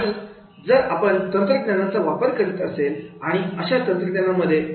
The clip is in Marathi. आणि जर आपण तंत्रज्ञानाचा वापर करीत असेल आणि अशा तंत्रज्ञानामध्ये